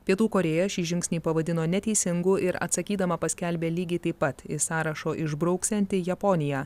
pietų korėja šį žingsnį pavadino neteisingu ir atsakydama paskelbė lygiai taip pat iš sąrašo išbrauksianti japoniją